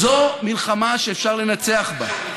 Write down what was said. זו מלחמה שאפשר לנצח בה.